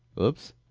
oops